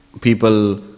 people